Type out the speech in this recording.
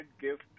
gift